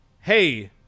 hey